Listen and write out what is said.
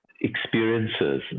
experiences